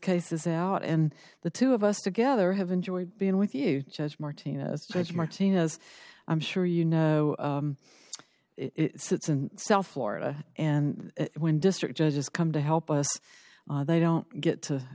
cases out and the two of us together have enjoyed being with you judge martinez since martinez i'm sure you know it sits in south florida and when district judges come to help us they don't get